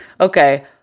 Okay